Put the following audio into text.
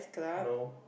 no